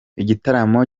igitaramo